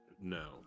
No